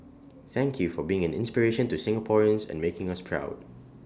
thank you for being an inspiration to Singaporeans and making us proud